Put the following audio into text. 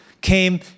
came